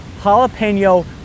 jalapeno